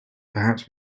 perhaps